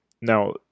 Now